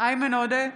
איימן עודה,